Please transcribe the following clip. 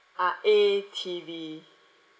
ah A_T_V